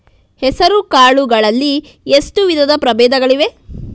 ಹೆಸರುಕಾಳು ಗಳಲ್ಲಿ ಎಷ್ಟು ವಿಧದ ಪ್ರಬೇಧಗಳಿವೆ?